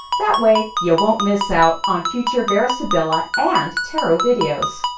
that way you won't miss out on future vera sibilla and tarot videos.